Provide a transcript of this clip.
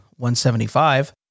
175